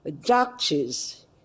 doctors